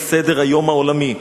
על סדר-היום העולמי.